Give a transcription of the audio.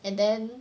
and then